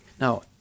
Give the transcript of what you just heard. Now